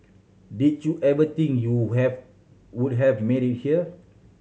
did you ever think you have would have made it here